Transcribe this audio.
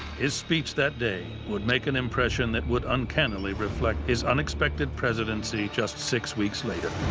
his speech that day would make an impression that would uncannily reflect his unexpected presidency just six weeks later.